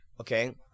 Okay